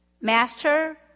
Master